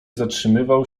zatrzymywał